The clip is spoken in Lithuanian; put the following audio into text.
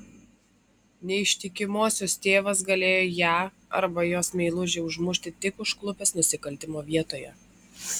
neištikimosios tėvas galėjo ją arba jos meilužį užmušti tik užklupęs nusikaltimo vietoje